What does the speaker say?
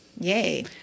yay